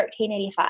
1385